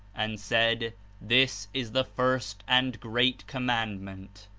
and said this is the first and great commandment.